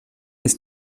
des